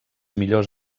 millors